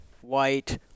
white